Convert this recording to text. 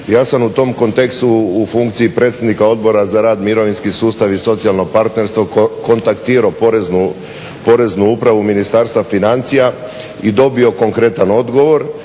Ja sam u tom kontekstu u funkciji predsjednika Odbora za rad, mirovinski sustav i socijalno partnerstvo kontaktirao Poreznu upravu Ministarstva financija i dobio konkretan odgovor